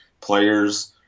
players –